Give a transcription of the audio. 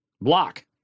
block